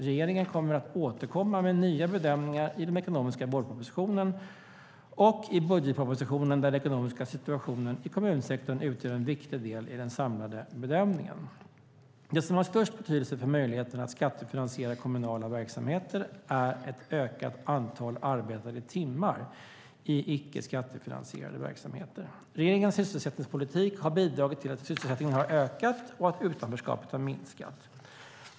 Regeringen kommer att återkomma med nya bedömningar i den ekonomiska vårpropositionen och i budgetpropositionen, där den ekonomiska situationen i kommunsektorn utgör en viktig del i den samlade bedömningen. Det som har störst betydelse för möjligheterna att skattefinansiera kommunala verksamheter är ett ökat antal arbetade timmar i icke skattefinansierade verksamheter. Regeringens sysselsättningspolitik har bidragit till att sysselsättningen har ökat och att utanförskapet har minskat.